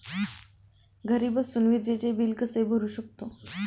घरी बसून विजेचे बिल कसे भरू शकतो?